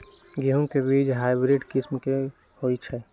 गेंहू के बीज हाइब्रिड किस्म के होई छई?